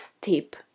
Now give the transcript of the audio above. tip